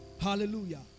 Hallelujah